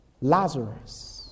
Lazarus